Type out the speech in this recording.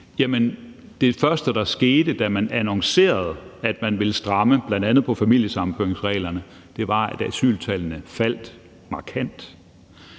det første, der skete, da man annoncerede, at man ville stramme bl.a. familiesammenføringsreglerne, at asyltallene fald markant.